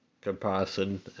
comparison